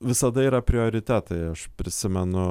visada yra prioritetai aš prisimenu